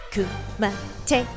Kumate